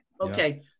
Okay